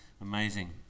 amazing